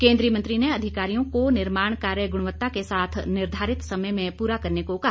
केंद्रीय मंत्री ने अधिकारियों को निर्माण कार्य गुणवत्ता के साथ निर्धारित समय में पूरा करने को कहा